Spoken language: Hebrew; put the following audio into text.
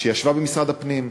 שישבה במשרד הפנים,